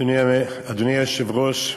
אדוני היושב-ראש,